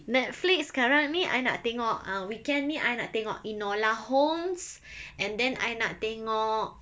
Netflix sekarang ni I nak tengok uh weekend ni I nak tengok enola holmes and then I nak tengok